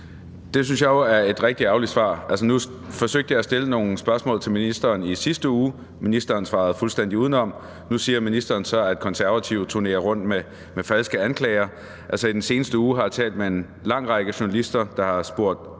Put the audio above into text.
Det synes jeg jo er et rigtig ærgerligt svar. Nu forsøgte jeg at stille nogle spørgsmål til ministeren i sidste uge, og ministeren svarede fuldstændig udenom. Nu siger ministeren så, at Konservative turnerer rundt med falske anklager, men i den seneste uge har jeg talt med en lang række journalister, der har spurgt